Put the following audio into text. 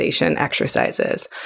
exercises